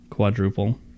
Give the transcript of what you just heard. quadruple